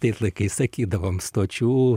tais laikais sakydavom stočių